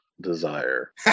desire